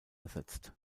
ersetzt